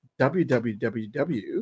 www